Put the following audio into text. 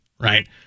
right